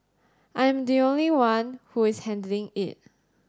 I am the only one who is handling it